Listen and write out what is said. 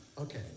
Okay